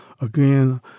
again